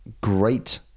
great